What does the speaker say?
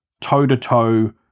toe-to-toe